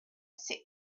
six